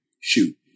shoot